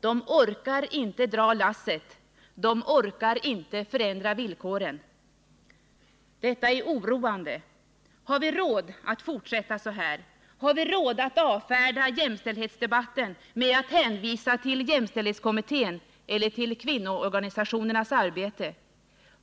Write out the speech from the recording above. De orkar inte dra lasset, de orkar inte förändra villkoren. Detta är oroande. Har vi råd att fortsätta så här? Har vi råd att avfärda jämställdhetsdebatten med att hänvisa till jämställdhetskommittén eller till kvinnoorganisationernas arbete?